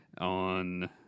on